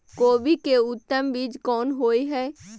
कोबी के उत्तम बीज कोन होय है?